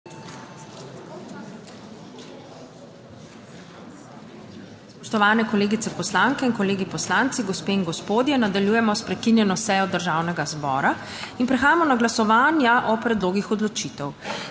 Spoštovane kolegice poslanke in kolegi poslanci, gospe in gospodje. Nadaljujemo s prekinjeno sejo Državnega zbora in prehajamo na glasovanja o predlogih odločitev.